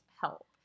help